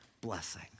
blessing